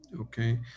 Okay